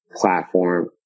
platform